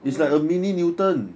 oh